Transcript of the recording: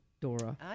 Dora